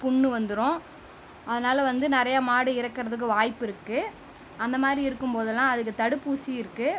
புண்ணு வந்துரும் அதனால் வந்து நிறைய மாடு இறக்கறதுக்கு வாய்ப்புருக்கு அந்த மாரி இருக்கும் போதெல்லாம் அதுக்கு தடுப்பூசி இருக்கு